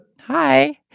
Hi